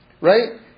right